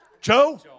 Joe